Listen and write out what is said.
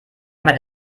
mal